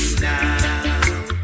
now